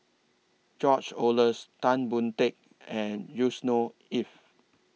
George Oehlers Tan Boon Teik and Yusnor Ef